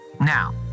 Now